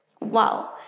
Wow